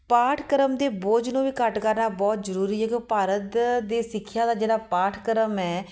ਪਾਠਕ੍ਰਮ ਦੇ ਬੋਝ ਨੂੰ ਵੀ ਘੱਟ ਕਰਨਾ ਬਹੁਤ ਜ਼ਰੂਰੀ ਹੈ ਕਿ ਉਹ ਭਾਰਤ ਦੀ ਸਿੱਖਿਆ ਦਾ ਜਿਹੜਾ ਪਾਠਕ੍ਰਮ ਹੈ